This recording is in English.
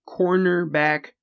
cornerback